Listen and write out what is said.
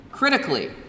Critically